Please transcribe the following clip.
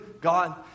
God